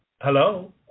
Hello